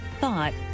thought